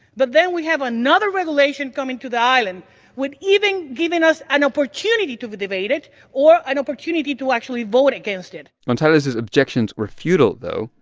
but then we have another regulation coming to the island with even giving us an opportunity to debate it or an opportunity to actually vote against it gonzalez's objections were futile, though.